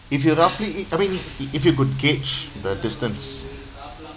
if you roughly i~ I mean i~ if you could gauge the distance